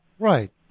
Right